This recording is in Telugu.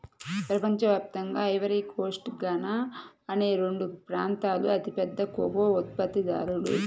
ప్రపంచ వ్యాప్తంగా ఐవరీ కోస్ట్, ఘనా అనే రెండు ప్రాంతాలూ అతిపెద్ద కోకో ఉత్పత్తిదారులు